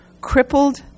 crippled